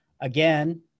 again